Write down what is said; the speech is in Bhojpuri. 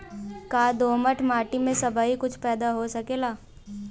का दोमट माटी में सबही कुछ पैदा हो सकेला?